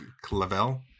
Clavel